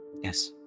Yes